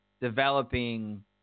developing